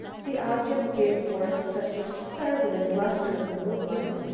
the object gave forth such a startling lustre in the moonlight,